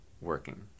working